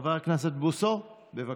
חבר הכנסת בוסו, בבקשה.